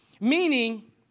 Meaning